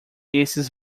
esses